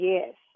Yes